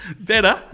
Better